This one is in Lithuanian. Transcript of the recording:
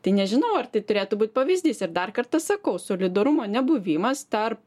tai nežinau ar tai turėtų būt pavyzdys ir dar kartą sakau solidarumo nebuvimas tarp